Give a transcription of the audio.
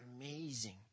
amazing